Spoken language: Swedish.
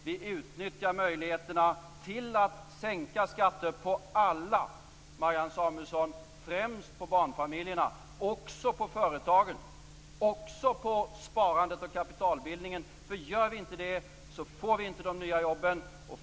Vi utnyttjar möjligheterna till att sänka skatter för alla. Det gäller främst för barnfamiljerna, Marianne Samuelsson, men också för företagen och på sparandet och kapitalbildningen. Gör vi inte det får vi inte fram de nya jobben.